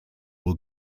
will